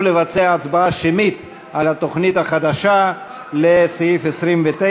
לבצע הצבעה שמית על התוכנית החדשה לסעיף 29,